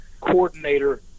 coordinator